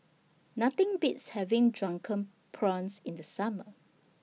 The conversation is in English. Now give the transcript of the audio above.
Nothing Beats having Drunken Prawns in The Summer